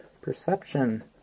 Perception